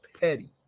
petty